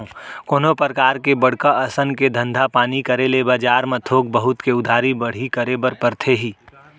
कोनो परकार के बड़का असन के धंधा पानी करे ले बजार म थोक बहुत के उधारी बाड़ही करे बर परथे ही